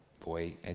Boy